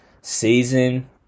season